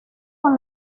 con